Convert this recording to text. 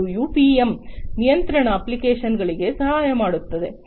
ಮತ್ತು ಯುಪಿಎಂ ನಿಯಂತ್ರಣ ಅಪ್ಲಿಕೇಶನ್ಗಳಿಗೆ ಸಹಾಯ ಮಾಡುತ್ತದೆ